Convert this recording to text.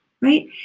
right